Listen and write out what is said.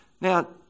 Now